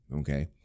okay